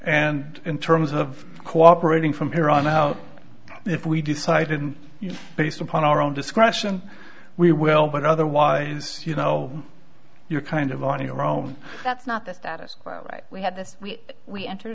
and in terms of cooperating from here on out if we decided based upon our own discretion we will but otherwise you know you're kind of on your own that's not the status quo right we had this we entered